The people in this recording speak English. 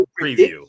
preview